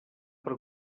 per